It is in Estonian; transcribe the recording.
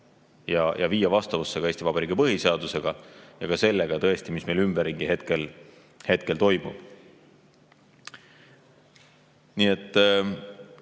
ja viia vastavusse Eesti Vabariigi põhiseadusega ja ka sellega, tõesti, mis ümberringi toimub. Nii et